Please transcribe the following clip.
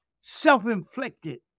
self-inflicted